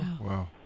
Wow